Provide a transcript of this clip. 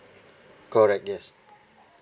correct yes